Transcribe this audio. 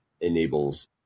enables